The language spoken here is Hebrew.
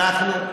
אנחנו,